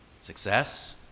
success